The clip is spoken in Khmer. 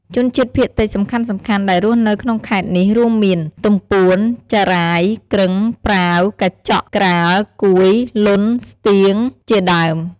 ជនជាតិភាគតិចសំខាន់ៗដែលរស់នៅក្នុងខេត្តនេះ រួមមាន ទំពួន ចារ៉ាយ គ្រឹង ប្រាវ កាចក់ ក្រាល កួយ លុន ស្ទៀង ជាដើម។